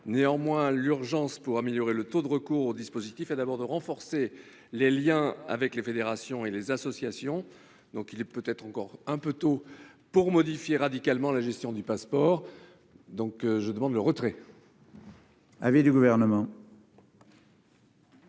Néanmoins, pour améliorer le taux de recours au dispositif, l'urgence est de renforcer les liens avec les fédérations et les associations. Il est peut-être encore un peu tôt pour modifier radicalement la gestion du Pass'Sport. La commission demande donc le retrait